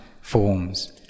forms